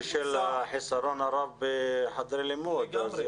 בשל החיסרון הרב בחדרי לימוד.